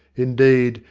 indeed,